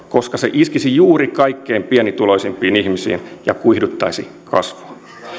koska se iskisi juuri kaikkein pienituloisimpiin ihmisiin ja kuihduttaisi kasvua